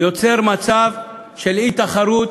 יוצר מצב של אי-תחרות,